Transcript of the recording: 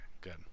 good